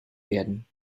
werden